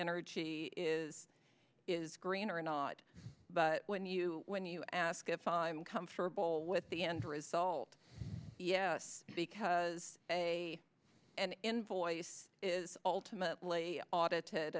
energy is is green or not but when you when you ask if i'm comfortable with the end result yes because a and invoice is ultimately audited